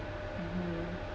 mmhmm